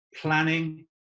planning